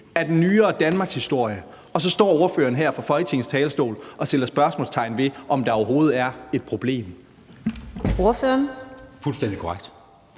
af den nyere danmarkshistorie, og så står ordføreren her fra Folketingets talerstol og sætter spørgsmålstegn ved, om der overhovedet er et problem. Kl. 16:16 Fjerde næstformand